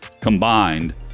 combined